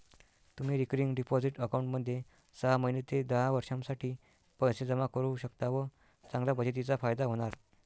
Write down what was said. तुम्ही recurring deposit अकाउंटमध्ये सहा महिने ते दहा वर्षांसाठी पैसे जमा करू शकता व चांगल्या बचतीचा फायदा होणार